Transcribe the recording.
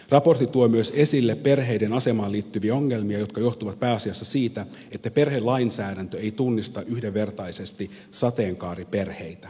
raportti tuo myös esille perheiden asemaan liittyviä ongelmia jotka johtuvat pääasiassa siitä että perhelainsäädäntö ei tunnista yhdenvertaisesti sateenkaariperheitä